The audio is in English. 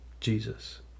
Jesus